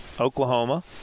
Oklahoma